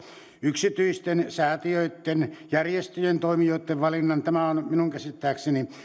yksityisten säätiöitten järjestöjen toimijoitten valinnan tämä on minun käsittääkseni